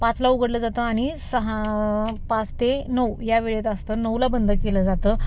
पाचला उघडलं जातं आणि सहा पाच ते नऊ या वेळेत असतं नऊला बंद केलं जातं